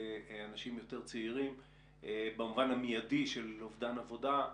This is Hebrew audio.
באנשים צעירים יותר במובן המידי של אובדן עבודה,